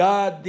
God